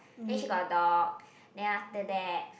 and she got a dog then after that